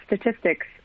statistics